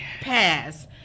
pass